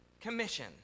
Commission